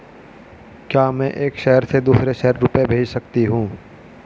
क्या मैं एक शहर से दूसरे शहर रुपये भेज सकती हूँ?